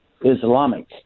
Islamic